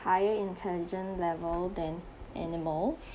higher intelligence level than animals